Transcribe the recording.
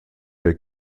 der